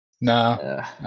Nah